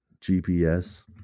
gps